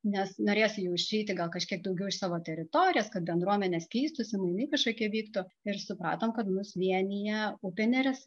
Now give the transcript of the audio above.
nes norėjosi jau išeiti gal kažkiek daugiau iš savo teritorijos kad bendruomenės keistųsi mainai kažkokie vyktų ir supratom kad mus vienija upė neris